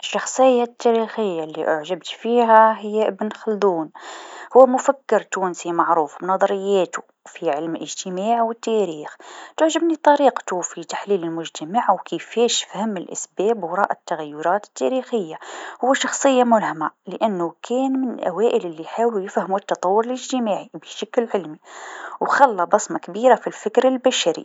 الشخصيه التاريخيه لأعجبت فيها هي إبن خلدون، هو مفكر تونسي معروف بنظراياتو في علم الاجتماع و التاريخ، تعجبني طريقتو في تحليل المجتمع و كيفاش فهم الأسباب وراء التغيرات التاريخيه، هو شخصيه ملهمه لأنو كان من الأوائل لحاولوا يفهموا تطور الإجتماعي بشكل علمي و خلا بصمه كبيره في فكر البشري.